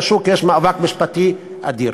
יש מאבק משפטי אדיר.